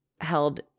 held